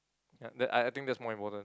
ya that I I think that's more important